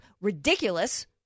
ridiculous